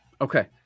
Okay